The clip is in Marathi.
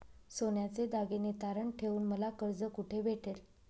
सोन्याचे दागिने तारण ठेवून मला कर्ज कुठे भेटेल?